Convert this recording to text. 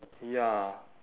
ya